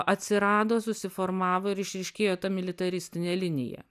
atsirado susiformavo ir išryškėjo ta militaristinė linija